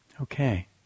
Okay